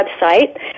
website